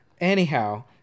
Anyhow